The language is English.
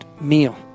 meal